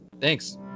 thanks